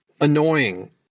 annoying